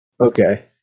Okay